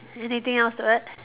anything else to add